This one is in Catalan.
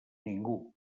ningú